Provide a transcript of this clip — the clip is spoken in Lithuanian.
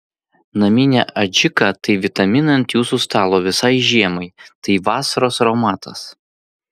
naminė adžika tai vitaminai ant jūsų stalo visai žiemai tai vasaros aromatas